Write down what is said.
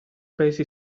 paesi